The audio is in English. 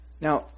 Now